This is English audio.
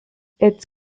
its